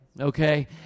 okay